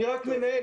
אני רק מנהל.